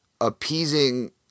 appeasing